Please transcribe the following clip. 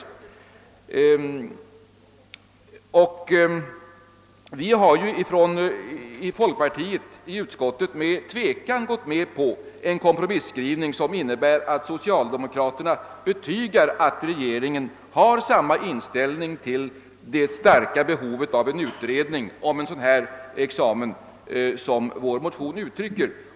Folkpartiets ledamöter i utskottet har med tvekan gått med på den kompromisskrivning som innebär att socialdemokraterna betygar att regeringen har samma inställning till det stora behov av en utredning om en sådan examen som vår motion pekar på.